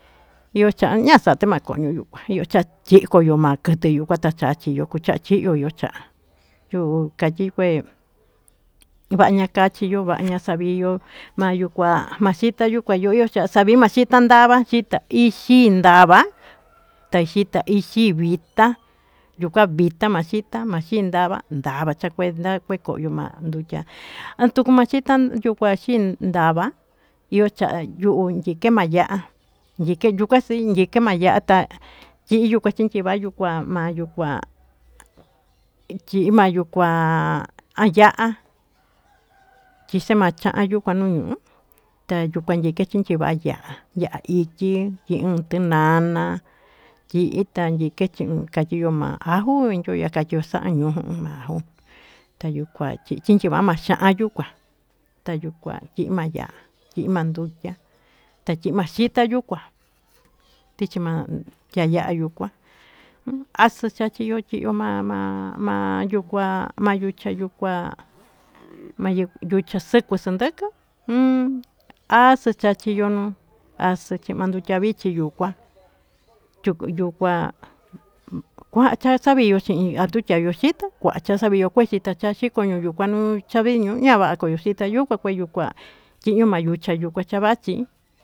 Io cha'a nasate ma kono yukua io cha'a chi'i koyo ma k+t+ yukua ta chachiyo kucha'a chi'yo io cha'a yu'u katyi kue va'aña kachiyo va'a ña saviyo ma yukua ma xita yukua yu'u io cha'a savi ma xita ndava ixi ndava ta xitixi vita yukua vita ma xita maxii ndava ndava cha kuenda kue ko'yo ma ndutya a tuku ma xita yukua ma xiindava io cha'a yu'u nyikema ya'a yukua sinyike ma ya'a ta tyi'i yukua chintyiva yukua ma yukua tyi'i ma yukua aa ya'a chise ma cha'a yukua nu ñu'u ta yukua nyike chintyiva ya'a ya'a ityi tyi'i t+nana tyi'i ta nyikechi +n katyiyo ma aju j+'+n nyo yoka katyiyo sa'an ñuu j+'+n ma aju ta yukua ta chintyiva ma xa'a yukua ta yukua tyi'i ma ya'a tyi'i ma ndutya ta tyi'i ma xita yukua tichima tya ya'a yukua as+ chachiyo chi'yo mama ma yucha yukua s+ku+ s+nd+k+ j+ as+ chachiyo nu as+ chi'i ma ndutya vichi yukua kua'an chasaviyo a tu tyayo xita kua'an chaxaviyo xita cha xikoñu yuku nu saviñu ñava'a koyo xita yukua kue yukua tyiñu ma yucha yukua cha vachi.